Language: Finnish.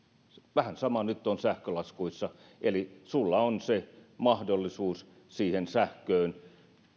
vähän sama on nyt sähkölaskuissa eli sinulla on se mahdollisuus siihen sähköön